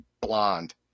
blonde